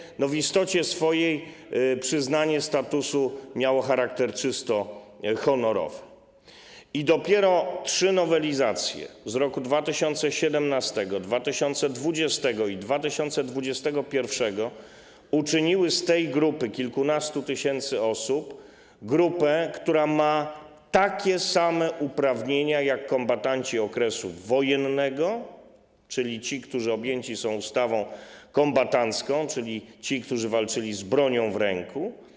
Chodzi o to, że w istocie swojej przyznanie statusu miało charakter czysto honorowy i dopiero trzy nowelizacje: z 2017 r., 2020 r. i 2021 r. uczyniły z tej grupy kilkunastu tysięcy osób grupę, która ma takie same uprawnienia jak kombatanci okresu wojennego, czyli ci, którzy objęci są ustawą kombatancką, którzy walczyli z bronią w ręku.